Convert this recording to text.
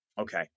Okay